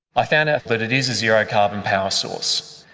i found out that it is a zero-carbon power source.